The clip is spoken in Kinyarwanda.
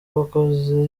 wakoze